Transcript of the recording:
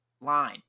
line